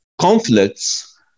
conflicts